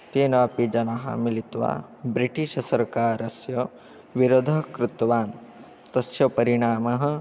तेनापि जनाः मिलित्वा ब्रिटिशसर्कारस्य विरोधं कृतवान् तस्य परिणामः